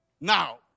Now